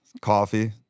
Coffee